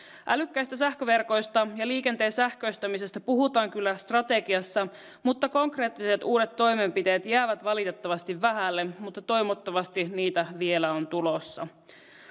älykkäistä sähköverkoista ja liikenteen sähköistämisestä puhutaan kyllä strategiassa mutta konkreettiset uudet toimenpiteet jäävät valitettavasti vähälle mutta toivottavasti niitä vielä on tulossa